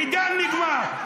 עידן נגמר.